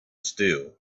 still